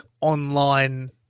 online